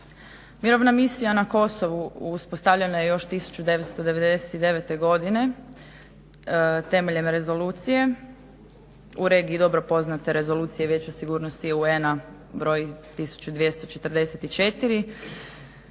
Mirovna misija na Kosovu uspostavljena je još 1999. godine temeljem rezolucije, u regiji dobro poznate Rezolucije Vijeća sigurnosti i UN-a br. 1244.